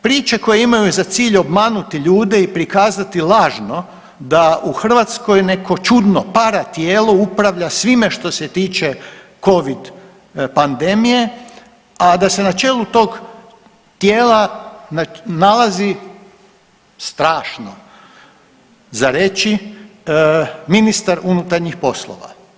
Priče koje imaju za cilj obmanuti ljude i prikazati lažno da u Hrvatskoj neko čudno paratijelo upravlja svime što se tiče Covid pandemije, a da se na čelu tog tijela nalazi strašno za reći, ministar unutarnjih poslova.